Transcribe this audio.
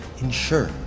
ensure